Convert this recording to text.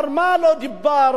מה לא דיברנו?